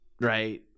right